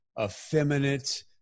effeminate